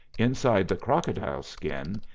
inside the crocodile skin,